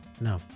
No